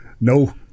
no